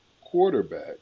quarterback